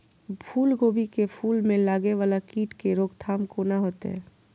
फुल गोभी के फुल में लागे वाला कीट के रोकथाम कौना हैत?